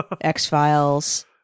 X-Files